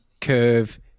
curve